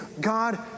God